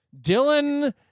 Dylan